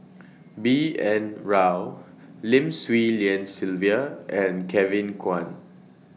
B N Rao Lim Swee Lian Sylvia and Kevin Kwan